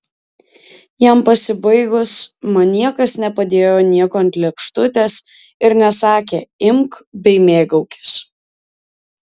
jam pasibaigus man niekas nepadėjo nieko ant lėkštutės ir nesakė imk bei mėgaukis